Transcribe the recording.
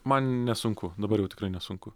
man nesunku dabar jau tikrai nesunku